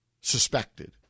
suspected